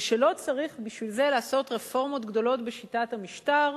ושלא צריך בשביל זה לעשות רפורמות גדולות בשיטת המשטר.